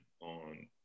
on